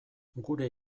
gure